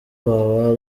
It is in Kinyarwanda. baba